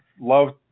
love